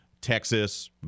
Texas